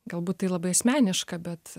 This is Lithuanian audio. galbūt tai labai asmeniška bet